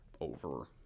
over